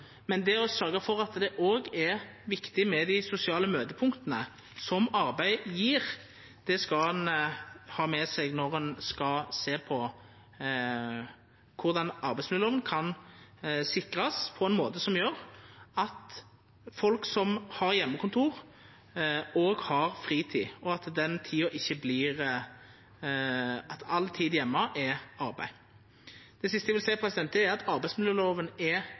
arbeid gjev, skal ein ha med seg når ein skal sjå på korleis arbeidsmiljølova kan sikrast på ein måte som gjer at folk som har heimekontor, òg har fritid, og at ikkje all tid heime er arbeid. Det siste eg vil seia, er at arbeidsmiljølova er